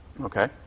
Okay